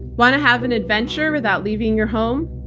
want to have an adventure without leaving your home?